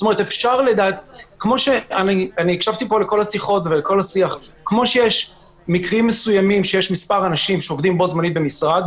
אני לא רואה סיבה